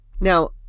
Now